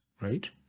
right